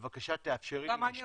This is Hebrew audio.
בבקשה, תאפשרי לי משפט.